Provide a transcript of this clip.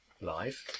live